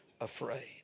afraid